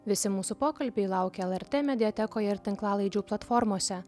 visi mūsų pokalbiai laukia lrt mediatekoje ir tinklalaidžių platformose